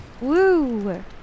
Woo